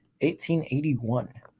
1881